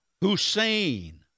Hussein